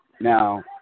Now